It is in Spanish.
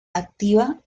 activa